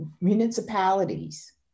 municipalities